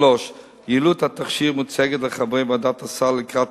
3. יעילות התכשיר מוצגת לחברי ועדת הסל לקראת